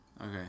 Okay